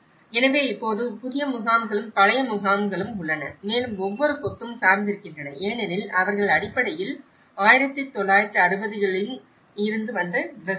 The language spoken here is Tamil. எனவே இப்போது புதிய முகாம்களும் பழைய முகாம்களும் உள்ளன மேலும் ஒவ்வொரு கொத்தும் சார்ந்திருக்கின்றன ஏனெனில் அவர்கள் அடிப்படையில் 1960 களில் வந்த விவசாயிகள்